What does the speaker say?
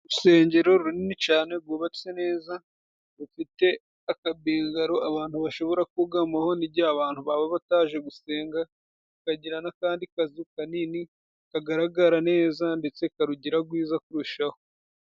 Urusengero runini cane rwubatse neza, rufite akabingaro abantu bashobora kugamaho n'igihe abantu baba bataje gusenga, bakagira n'akandi kazu kanini kagaragara neza, ndetse karugira gwiza kurushaho.